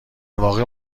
واقع